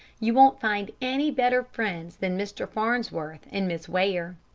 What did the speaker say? you won't find any better friends than mr. farnsworth and miss ware.